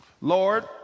Lord